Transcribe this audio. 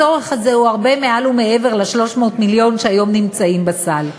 הצורך הזה הוא הרבה מעל ומעבר ל-300 המיליון שהיום נמצאים בסל.